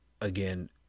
again